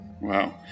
Wow